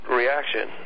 reaction